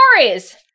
stories